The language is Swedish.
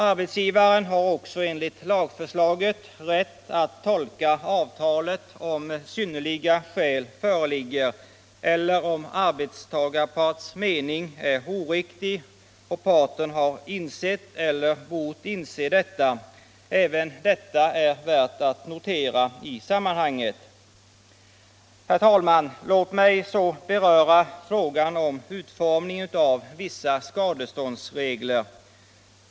Arbetsgivaren har också enligt lagförslaget rätt att tolka avtalet, om synnerliga skäl föreligger eller om arbetstagarparts mening är oriktig och parten har insett eller bort inse det. Även detta är värt att notera i sammanhanget. Herr talman! Låt mig så få beröra frågan om utformningen av vissa skadeståndsregler.